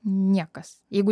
niekas jeigu